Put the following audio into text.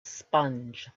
sponge